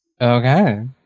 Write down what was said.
okay